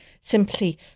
simply